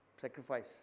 sacrifice